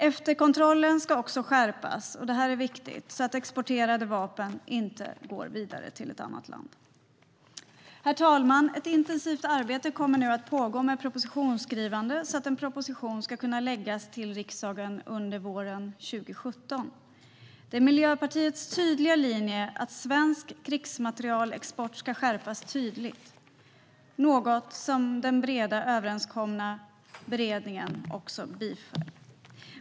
Efterkontrollen ska skärpas - och detta är viktigt - så att exporterade vapen inte går vidare till ett annat land. Herr talman! Ett intensivt arbete kommer nu att pågå med propositionsskrivande så att en proposition ska kunna läggas fram för riksdagen under våren 2017. Det är Miljöpartiets tydliga linje att svensk krigsmaterielexport ska skärpas. Det är också något som beredningen i en bred överenskommelse biföll.